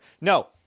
No